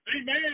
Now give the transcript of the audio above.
Amen